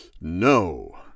No